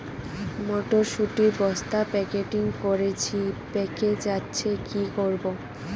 মটর শুটি বস্তা প্যাকেটিং করেছি পেকে যাচ্ছে কি করব?